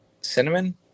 cinnamon